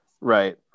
right